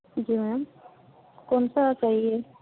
जी ma'am कौन सा चाहिए